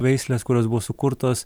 veisles kurios buvo sukurtos